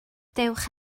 dewch